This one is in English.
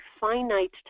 finite